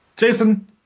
Jason